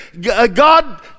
God